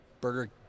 Burger